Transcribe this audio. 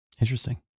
Interesting